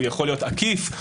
יכול להיות עקיף,